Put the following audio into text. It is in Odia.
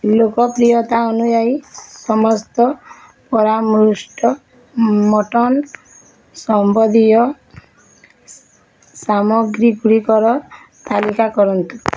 ଲୋକପ୍ରିୟତା ଅନୁଯାୟୀ ସମସ୍ତ ପରାମୃଷ୍ଟ ମଟନ୍ ସମ୍ବନ୍ଧୀୟ ସାମଗ୍ରୀ ଗୁଡ଼ିକର ତାଲିକା କରନ୍ତୁ